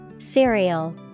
Cereal